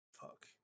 Fuck